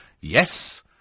Yes